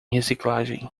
reciclagem